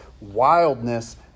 wildness